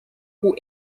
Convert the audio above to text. who